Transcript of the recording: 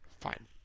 Fine